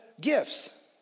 gifts